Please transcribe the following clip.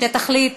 שתחליט